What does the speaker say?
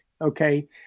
Okay